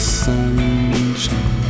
sunshine